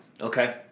Okay